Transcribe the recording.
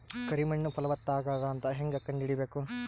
ಕರಿ ಮಣ್ಣು ಫಲವತ್ತಾಗದ ಅಂತ ಹೇಂಗ ಕಂಡುಹಿಡಿಬೇಕು?